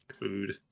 Food